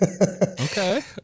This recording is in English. Okay